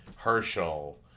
Herschel